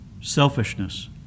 selfishness